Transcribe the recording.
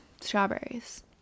Strawberries